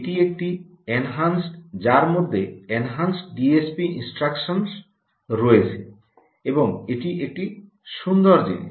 এটি একটি এনহান্সড যার মধ্যে এনহান্সড ডিএসপি ইনস্ট্রাকশনস রয়েছে এবং এটি একটি সুন্দর জিনিস